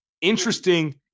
Interesting